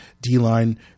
D-line